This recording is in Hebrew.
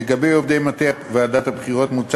לגבי עובדי מטה ועדת הבחירות מוצע